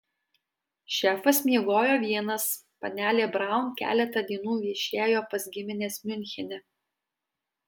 šefas miegojo vienas panelė braun keletą dienų viešėjo pas gimines miunchene